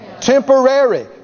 Temporary